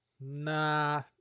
nah